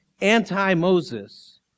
anti-Moses